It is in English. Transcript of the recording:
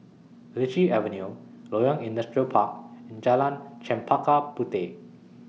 Lichi Avenue Loyang Industrial Park and Jalan Chempaka Puteh